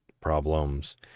Problems